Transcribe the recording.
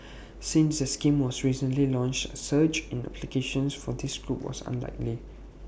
since the scheme was recently launched A surge in applications from this group was unlikely